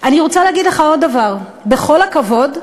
אני רוצה להגיד לך עוד דבר: בכל הכבוד,